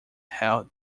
held